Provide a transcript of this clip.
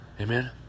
Amen